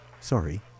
sorry